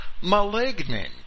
malignant